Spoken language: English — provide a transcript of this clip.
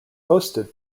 hosted